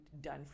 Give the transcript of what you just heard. done